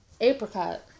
Apricot